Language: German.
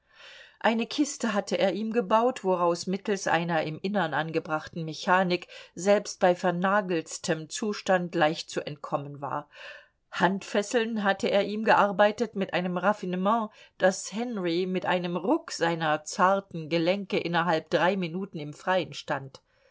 eine kiste hatte er ihm gebaut woraus mittels einer im innern angebrachten mechanik selbst bei vernageltstem zustand leicht zu entkommen war handfesseln hatte er ihm gearbeitet mit einem raffinement daß henry mit einem ruck seiner zarten gelenke innerhalb drei minuten im freien stand